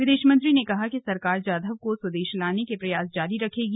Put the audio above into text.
विदेश मंत्री ने कहा कि सरकार जाधव को स्वदेश लाने के प्रयास जारी रखेगी